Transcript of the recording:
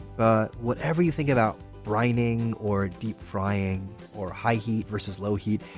but, whatever you think about brining or deep frying or high heat versus low heat,